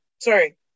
sorry